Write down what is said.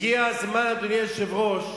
הגיע הזמן, אדוני היושב-ראש,